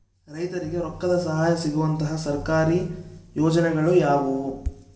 ರೈತರಿಗೆ ರೊಕ್ಕದ ಸಹಾಯ ಸಿಗುವಂತಹ ಸರ್ಕಾರಿ ಯೋಜನೆಗಳು ಯಾವುವು?